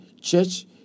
church